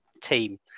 team